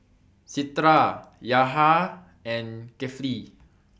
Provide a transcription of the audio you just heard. Citra Yahya and Kefli